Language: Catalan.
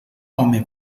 home